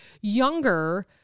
younger